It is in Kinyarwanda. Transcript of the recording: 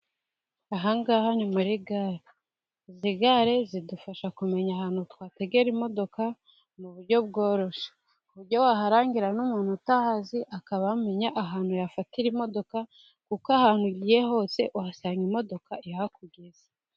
Aha ngaha ni muri gare, izi gare zidufasha kumenya ahantu twategera imodoka mu buryo bworoshye, ku buryo waharangira n'umuntu utahazi akaba yamenya ahantu yafatira imodoka, kuko ahantu ugiye hose uhasanga imodoka ihakugeza.